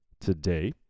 today